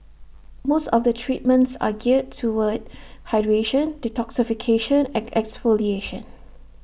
most of the treatments are geared toward hydration detoxification and exfoliation